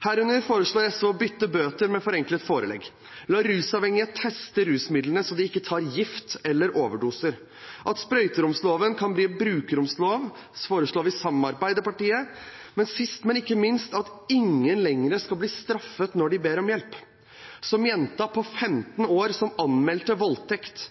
Herunder foreslår SV å bytte ut bøter med forenklet forelegg, å la rusavhengige teste rusmidlene, så de ikke tar gift eller overdose, at sprøyteromsloven kan bli en brukerromslov – det foreslår vi sammen med Arbeiderpartiet – og sist, men ikke minst, at ingen lenger skal bli straffet når de ber om hjelp, slik som jenta på 15 år som anmeldte voldtekt,